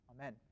Amen